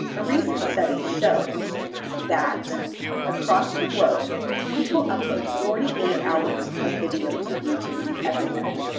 a recent study shows that across the globe people upload forty eight hours of video to youtube every minute,